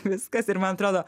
viskas ir man atrodo